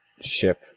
ship